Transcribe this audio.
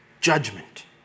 judgment